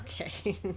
Okay